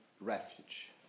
refuge